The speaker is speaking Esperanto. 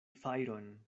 fajron